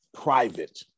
private